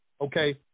okay